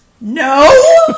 No